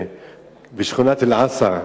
שכונת אל-עשר,